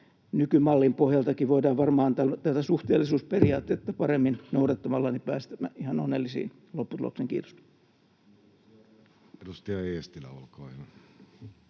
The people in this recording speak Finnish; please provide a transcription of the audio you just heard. nykymallin pohjaltakin voidaan varmaan tätä suhteellisuusperiaatetta paremmin noudattamalla päästä ihan onnellisiin lopputuloksiin. — Kiitos.